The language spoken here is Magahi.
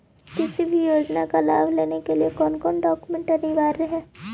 किसी भी योजना का लाभ लेने के लिए कोन कोन डॉक्यूमेंट अनिवार्य है?